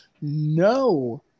No